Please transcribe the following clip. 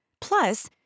Plus